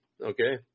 okay